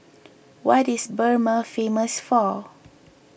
what is Burma famous for